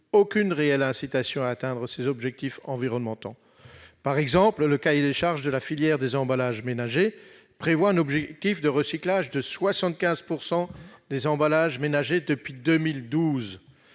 aucune réelle incitation à atteindre ces objectifs environnementaux. Le cahier des charges de la filière des emballages ménagers, par exemple, prévoit un objectif de recyclage de 75 % des emballages ménagers depuis 2012,